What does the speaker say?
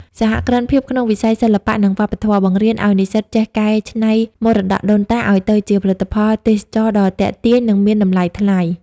សហគ្រិនភាពក្នុងវិស័យ "សិល្បៈ និងវប្បធម៌" បង្រៀនឱ្យនិស្សិតចេះកែច្នៃមរតកដូនតាឱ្យទៅជាផលិតផលទេសចរណ៍ដ៏ទាក់ទាញ និងមានតម្លៃថ្លៃ។